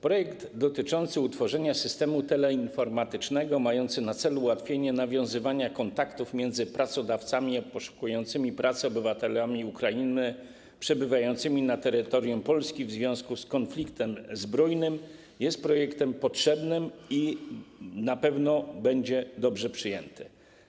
Projekt dotyczący utworzenia systemu teleinformatycznego, mający na celu ułatwienie nawiązywania kontaktów między pracodawcami a poszukującymi pracy obywatelami Ukrainy przebywającymi na terytorium Polski w związku z konfliktem zbrojnym, jest projektem potrzebnym i na pewno będzie dobrze przyjęty.